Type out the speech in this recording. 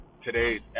Today's